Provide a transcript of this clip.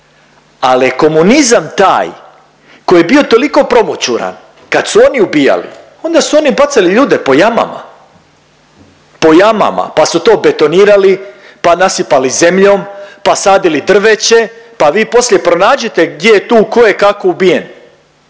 je komunizam taj koji je bio toliko promoćuran kad su oni ubijali onda su oni bacali ljude po jamama, po jamama pa su to betonirali pa nasipali zemljom pa sadili drveće pa vi poslije pronađite gdje je tu tko je kako ubijen.